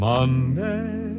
Monday